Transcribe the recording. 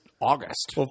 August